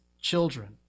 children